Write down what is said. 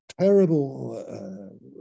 terrible